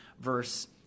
verse